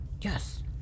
Yes